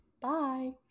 Bye